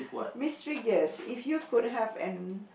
mystery guest if you could have an